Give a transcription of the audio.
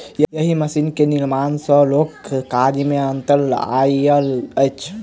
एहि मशीन के निर्माण सॅ लोकक काज मे अन्तर आयल अछि